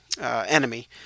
enemy